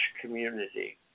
community